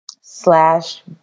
slash